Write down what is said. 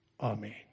Amen